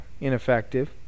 ineffective